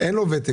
ואין לו ותק